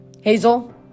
Hazel